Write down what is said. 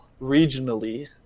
regionally